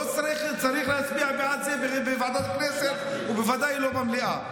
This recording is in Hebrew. לא צריך להצביע בעד זה בוועדת הכנסת ובוודאי לא במליאה.